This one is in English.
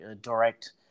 direct